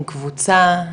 עם קבוצה?